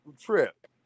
trip